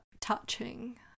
touching